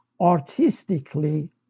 artistically